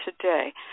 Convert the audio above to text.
today